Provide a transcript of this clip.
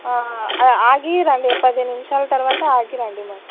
ఆగి రండి పది నిముషాలు తర్వాత ఆగి రండి మరి